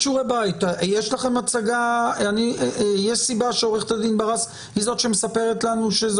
יש סיבה שעורכת הדין ברס היא זאת שמספרת לנו שזאת